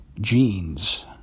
genes